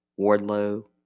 Wardlow